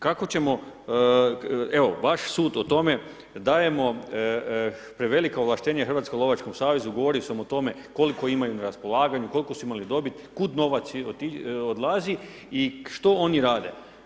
Kako ćemo evo vaš sud o tome dajemo prevelika ovlaštenja Hrvatskom lovačkom savezu govori samo o tome koliko imaju na raspolaganju, koliko su imali dobit, kud novac odlazi i što oni rade.